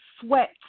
sweat